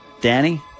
Danny